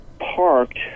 parked